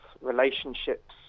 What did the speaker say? relationships